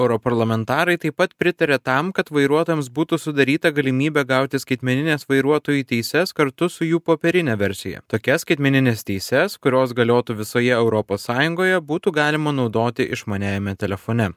europarlamentarai taip pat pritarė tam kad vairuotojams būtų sudaryta galimybė gauti skaitmeninės vairuotojų teises kartu su jų popierine versija tokias skaitmenines teises kurios galiotų visoje europos sąjungoje būtų galima naudoti išmaniajame telefone